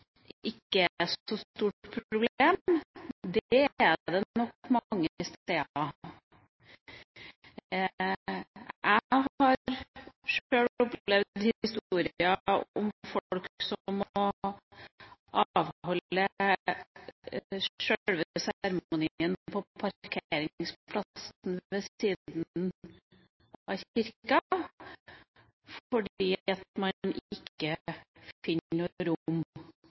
ikke er et så stort problem. Det er det nok mange steder. Jeg har sjøl opplevd at folk må avholde sjølve seremonien på parkeringsplassen ved siden av kirken, fordi man ikke finner noe rom